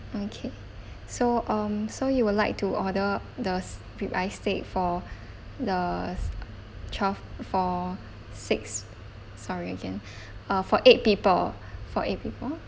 okay so um so you would like to order the rib eye steak for the twelve for six sorry again uh for eight people for eight people